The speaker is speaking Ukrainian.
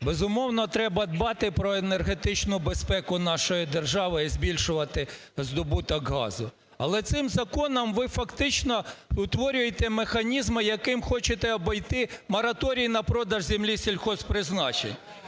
Безумовно, треба дбати про енергетичну безпеку нашої держави і збільшувати здобуток газу. Але цим законом ви фактично утворюєте механізми, яким хочете обійти мораторій на продаж землі сільгосппризначення.